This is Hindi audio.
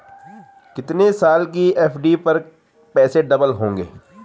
कितने साल की एफ.डी पर पैसे डबल होंगे?